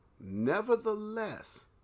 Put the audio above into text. Nevertheless